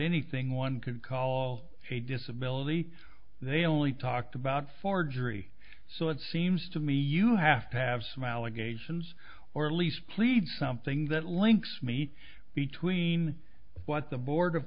anything one could call a disability they only talked about forgery so it seems to me you have to have smile again sins or at least plead something that links me between what the board of